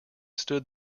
stood